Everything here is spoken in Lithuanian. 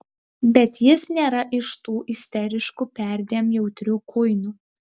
bet jis nėra iš tų isteriškų perdėm jautrių kuinų